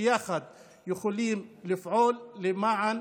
ויחד אנו יכולים לפעול למען